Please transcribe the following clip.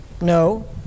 No